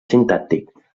sintàctic